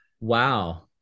Wow